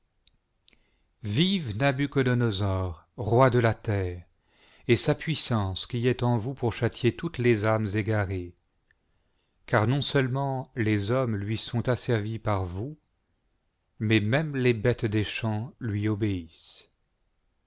vive nabuchodonosor roi de la terre et sa puissance qui est en vous pour châtier toutes les âmes égarées car non seulement les hommes lui sont asservis par vous mais même les bêtes des champs lui obéissent